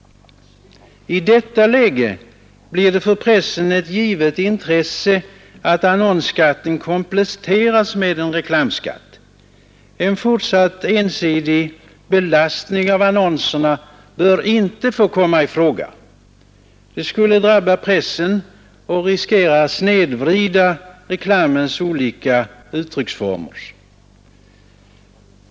I detta läge blir det för pressen ett givet intresse att annonsskatten kompletteras med en reklamskatt. En fortsatt ensidig belastning av annonserna bör inte få komma i fråga. Det skulle drabba pressen och riskera att snedvrida reklamens olika uttrycksformer.